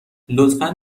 لطفا